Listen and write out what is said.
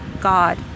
God